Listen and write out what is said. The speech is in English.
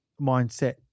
mindset